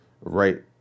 right